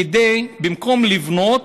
כדי, במקום לבנות,